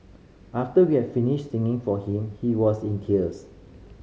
after we have finished singing for him he was in tears